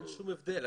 אין שום הבדל.